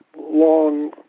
long